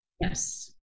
Yes